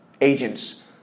agents